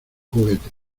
juguete